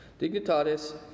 dignitatis